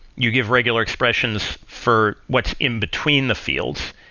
you give regular expressions for what's in between the fields.